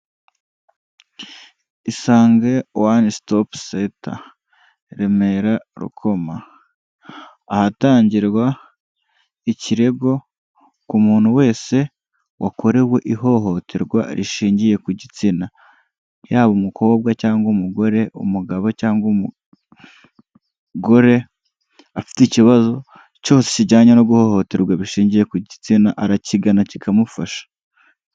Isange One Stop Cente, Remera, Rukoma, ahatangirwa ikirego ku muntu wese wakorewe ihohoterwa rishingiye ku gitsina, yaba umukobwa cyangwa umugore, umugabo cyangwa umugore, afite ikibazo cyose kijyanye no guhohoterwa bishingiye ku gitsina arakigana kikamufasha.